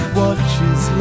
watches